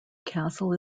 castle